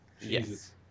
Yes